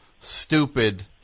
stupid